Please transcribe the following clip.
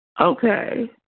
okay